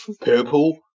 purple